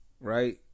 right